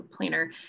planner